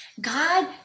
God